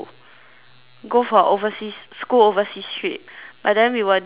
go for overseas school overseas trip but then we were deciding